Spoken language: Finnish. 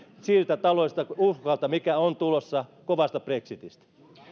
siltä taloudelliselta uhkalta mikä on tulossa kovasta brexitistä